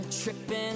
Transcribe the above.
tripping